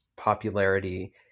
popularity